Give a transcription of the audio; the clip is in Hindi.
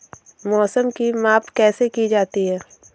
मौसम की माप कैसे की जाती है?